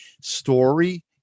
story